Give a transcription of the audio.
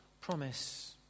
promise